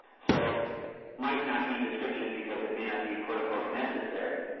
so might not need description because it might not be necessary.